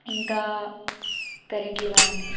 ఇంకా గరిటెలు కానీ